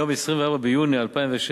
ביום 24 ביוני 2007,